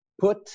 put